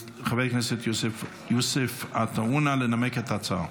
חבר הכנסת יוסף עטאונה, לנמק את ההצעה.